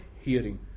hearing